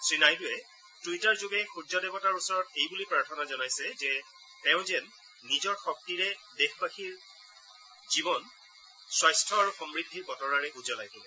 শ্ৰীনাইডুৱে টুইটাৰযোগে সূৰ্য দেৱতাৰ ওচৰত এইবুলি প্ৰাৰ্থনা জনাইছে যে তেওঁ যেন নিজৰ শক্তিৰে দেশবাসীৰ জীৱন স্বাস্থ্য আৰু সমূদ্ধিৰ বতৰাৰে উজ্বলাই তোলে